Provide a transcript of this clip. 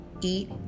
eat